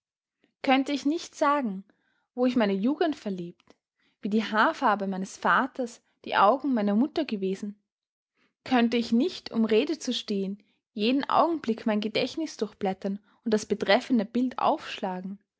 könnte ich nicht sagen wo ich meine jugend verlebt wie die haarfarbe meines vaters die augen meiner mutter gewesen könnte ich nicht um rede zu stehen jeden augenblick mein gedächtnis durchblättern und das betreffende bild aufschlagen